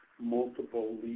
multiple